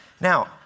Now